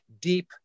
deep